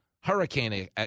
hurricane